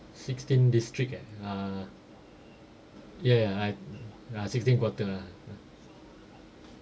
sixteen district eh uh ya ya I ah sixteen quarter ah